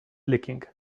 leaking